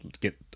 get